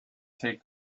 take